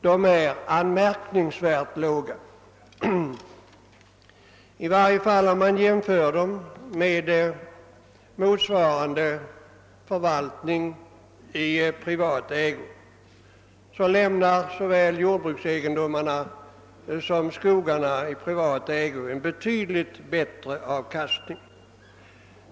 De är anmärkningsvärt låga, i varje fall om man jämför dem med motsvarande siffror vid privat förvaltning där såväl jordbrukssom skogsegendomarna lämnar en betydligt bättre avkastning.